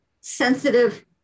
sensitive